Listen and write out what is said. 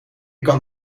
kan